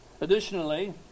Additionally